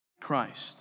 Christ